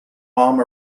arm